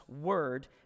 word